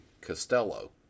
costello